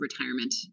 retirement